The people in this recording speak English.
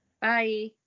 Bye